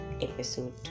episode